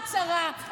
את שרה,